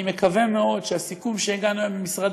אני מקווה מאוד הסיכום שהגענו אליו עם משרד